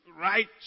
Right